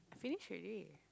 finish ready